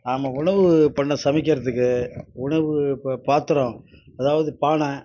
ஆமாம் உணவு பண்ண சமைக்கிறதுக்கு உணவு பாத்தரம் அதாவது பானை